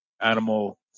animal